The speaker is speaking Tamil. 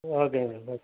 ஓகேங்க மேடம்